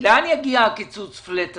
לאן יגיע הקיצוץ פלאט הזה?